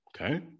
okay